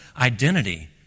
identity